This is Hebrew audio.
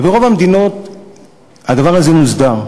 וברוב המדינות הדבר הזה מוסדר.